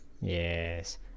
Yes